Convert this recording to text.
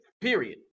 period